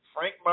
Frank